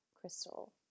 Crystal